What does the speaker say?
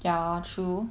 ya true